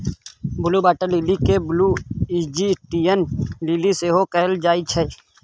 blue water lily केँ blue Egyptian lily सेहो कहल जाइ छै